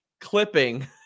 clipping